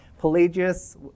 pelagius